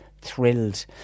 thrilled